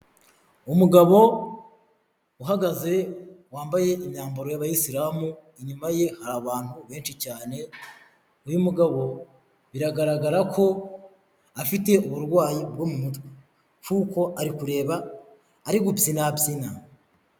Umugabo uhagaze wambaye imyambaro y'abayisilamu inyuma ye hari abantu benshi cyane, uyu mugabo biragaragara ko afite uburwayi bwo mu mutwe kuko ari kureba ari gupyinapyina.